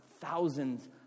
thousands